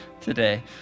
today